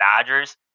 Dodgers